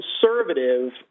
conservative